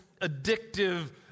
addictive